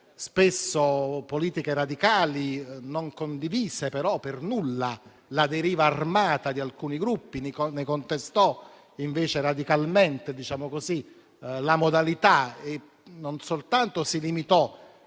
spesso politiche radicali, non condivisero per nulla la deriva armata di alcuni gruppi, ne contestarono radicalmente la modalità e non soltanto ne